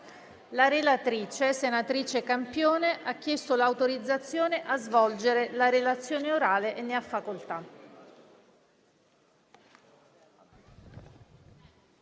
La relatrice, senatrice Campione, ha chiesto l'autorizzazione a svolgere la relazione orale. Non facendosi